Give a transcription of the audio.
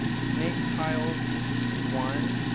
snaketiles one,